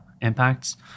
impacts